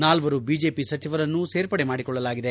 ನಾಲ್ವರು ಬಿಜೆಪಿ ಸಚಿವರನ್ನು ಸೇರ್ಪಡೆ ಮಾಡಿಕೊಳ್ಳಲಾಗಿದೆ